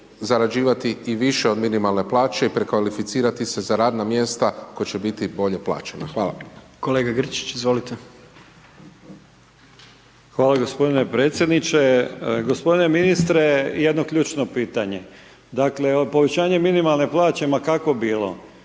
zarađivati i više od minimalne plaće i prekvalificirati se za radna mjesta koja će biti bolje plaćena. Hvala. **Jandroković, Gordan (HDZ)** Kolega Grčić, izvolite. **Grčić, Branko (SDP)** Hvala gospodine predsjedniče. Gospodine ministre jedno ključno pitanje. Dakle, povećanje minimalne plaće ma kakvo bilo